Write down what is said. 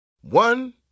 One